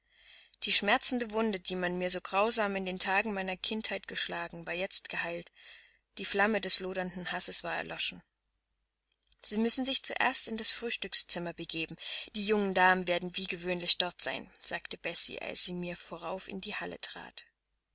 die schmerzende wunde die man mir so grausam in den tagen meiner kindheit geschlagen war jetzt geheilt die flamme des lodernden hasses war erloschen sie müssen sich zuerst in das frühstückszimmer begeben die jungen damen werden wie gewöhnlich dort sein sagte bessie als sie mir vorauf in die halle trat